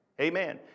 Amen